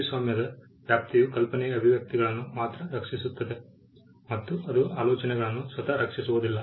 ಕೃತಿಸ್ವಾಮ್ಯದ ವ್ಯಾಪ್ತಿಯು ಕಲ್ಪನೆಯ ಅಭಿವ್ಯಕ್ತಿಗಳನ್ನು ಮಾತ್ರ ರಕ್ಷಿಸುತ್ತದೆ ಮತ್ತು ಅದು ಆಲೋಚನೆಗಳನ್ನು ಸ್ವತಃ ರಕ್ಷಿಸುವುದಿಲ್ಲ